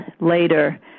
later